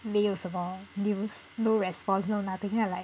没有什么 news no response no nothing then I'm like